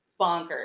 bonkers